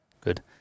Good